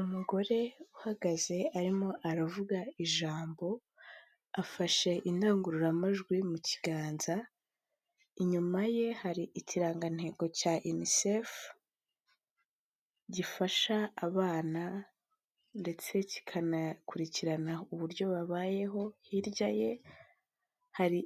Umugore uhagaze arimo aravuga ijambo, afashe indangururamajwi mu kiganza, inyuma ye hari ikirangantego cya Unicef, gifasha abana ndetse kikanakurikirana uburyo babayeho, hirya ye hari